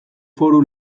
foru